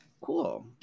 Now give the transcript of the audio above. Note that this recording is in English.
cool